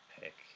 pick